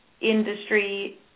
industry